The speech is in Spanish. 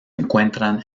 encuentran